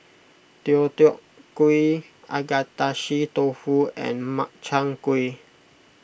Deodeok Gui Agedashi Dofu and Makchang Gui